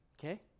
okay